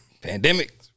Pandemic